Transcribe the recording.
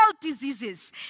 diseases